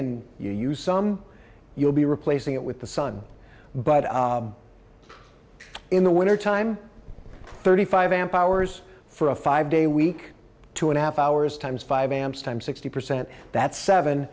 and you use some you'll be replacing it with the sun but in the winter time thirty five amp hours for a five day week two and a half hours times five amps times sixty percent that's seven